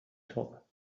top